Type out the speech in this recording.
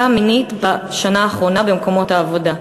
מינית בשנה האחרונה במקומות העבודה,